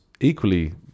Equally